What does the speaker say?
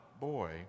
boy